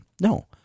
No